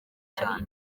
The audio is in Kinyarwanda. cyane